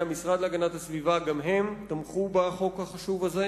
המשרד להגנת הסביבה תמכו גם הם בחוק החשוב הזה.